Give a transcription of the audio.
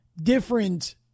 different